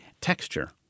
Texture